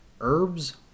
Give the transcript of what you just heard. Herbs